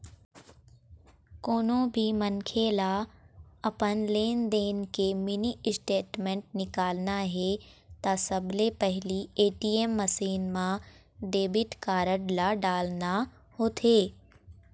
कोनो भी मनखे ल अपन लेनदेन के मिनी स्टेटमेंट निकालना हे त सबले पहिली ए.टी.एम मसीन म डेबिट कारड ल डालना होथे